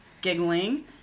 giggling